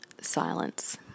silence